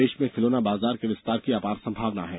देष में खिलौना बजार के विस्तार की अपार संभावना है